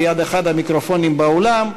ליד אחד המיקרופונים באולם,